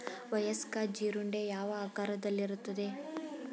ವಯಸ್ಕ ಜೀರುಂಡೆ ಯಾವ ಆಕಾರದಲ್ಲಿರುತ್ತದೆ?